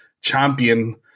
champion